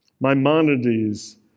Maimonides